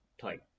Type